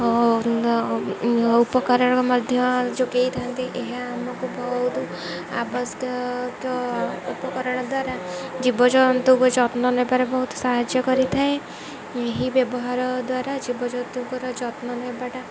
ଓ ଉପକରଣ ମଧ୍ୟ ଯୋଗାଇ ଥାନ୍ତି ଏହା ଆମକୁ ବହୁତ ଆବଶ୍ୟକ ଉପକରଣ ଦ୍ୱାରା ଜୀବଜନ୍ତୁଙ୍କ ଯତ୍ନ ନେବାରେ ବହୁତ ସାହାଯ୍ୟ କରିଥାଏ ଏହି ବ୍ୟବହାର ଦ୍ୱାରା ଜୀବଜନ୍ତୁଙ୍କର ଯତ୍ନ ନେବାଟା